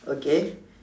okay